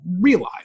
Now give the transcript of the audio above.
realize